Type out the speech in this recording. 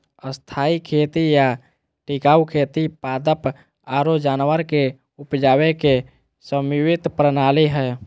स्थायी खेती या टिकाऊ खेती पादप आरो जानवर के उपजावे के समन्वित प्रणाली हय